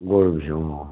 গৰু বিহু অঁ